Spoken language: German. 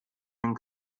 den